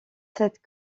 cette